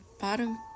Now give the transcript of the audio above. bottom